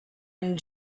and